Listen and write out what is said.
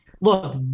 Look